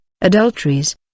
adulteries